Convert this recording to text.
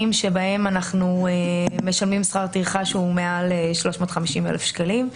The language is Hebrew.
בהם אנחנו משלמים שכר טרחה של מעל 350,000 שקלים.